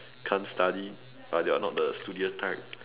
can't study or they are not the studious type